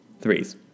threes